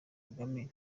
kagame